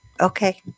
okay